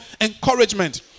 encouragement